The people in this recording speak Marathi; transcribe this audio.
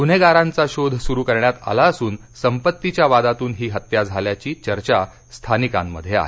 गुन्हेगारांचा शोध सुरु करण्यात आला असून संपत्तीच्या वादातून ही हत्या झाल्याची चर्चा स्थानिकांमध्ये आहे